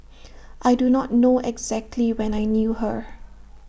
I do not know exactly when I knew her